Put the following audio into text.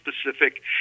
specific